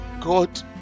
God